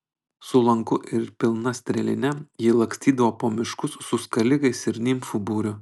su lanku ir pilna strėline ji lakstydavo po miškus su skalikais ir nimfų būriu